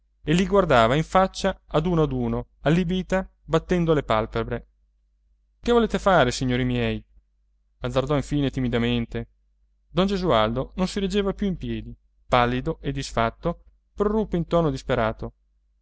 e li guardava in faccia ad uno ad uno allibbita battendo le palpebre che volete fare signori miei azzardò infine timidamente don gesualdo che non si reggeva più in piedi pallido e disfatto proruppe in tono disperato